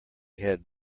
had